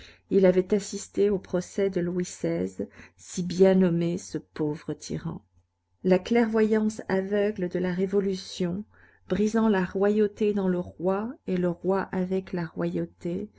il avait assisté au procès de louis xvi si bien nommé ce pauvre tyran la clairvoyance aveugle de la révolution brisant la royauté dans le roi et le roi avec la royauté